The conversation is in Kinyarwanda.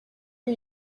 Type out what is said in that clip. ari